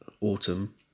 autumn